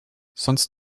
sonst